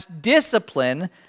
discipline